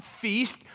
feast